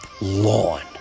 lawn